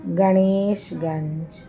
Ganeshganj